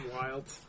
Wild